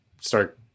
start